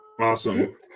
Awesome